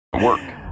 Work